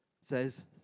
says